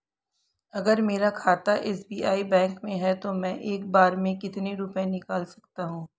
अगर मेरा खाता एस.बी.आई बैंक में है तो मैं एक बार में कितने रुपए निकाल सकता हूँ?